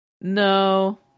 No